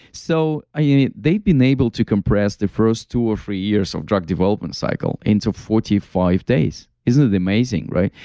so you know they've been able to compress the first two or three years of drug development cycle into forty five days. isn't it amazing, right?